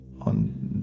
on